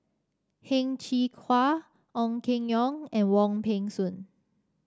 Heng Cheng Hwa Ong Keng Yong and Wong Peng Soon